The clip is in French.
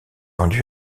rendit